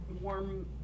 warm